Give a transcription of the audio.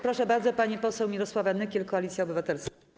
Proszę bardzo, pani poseł Mirosława Nykiel, Koalicja Obywatelska.